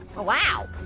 wow.